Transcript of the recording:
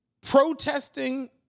protesting